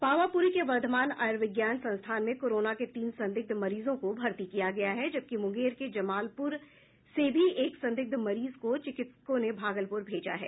पावापुरी के वर्धमान आयुर्विज्ञान संस्थान में कोरोना के तीन संदिग्ध मरीजों को भर्ती किया गया है जबकि मुंगेर के जमालपुर से भी एक संदिग्ध मरीज को चिकित्सकों ने भागलपुर भेजा है